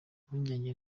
impungenge